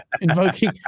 invoking